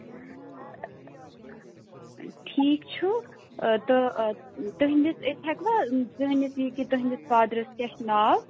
ٹھیٖک چھُ إں تہٕ آ تُہٕنٛدِس أسۍ ہیٚکوا زٲنِتھ یہِ کہِ تُہٕنٛدِس فادرَس کیٛاہ چھُ ناو